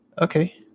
Okay